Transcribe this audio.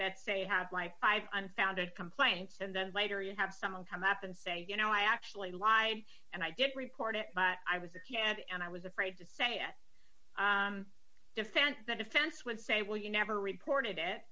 that say had life five unfounded complaints and then later you have someone come up and say you know i actually lied and i didn't report it i was a kid and i was afraid to say it defense the defense would say well you never reported it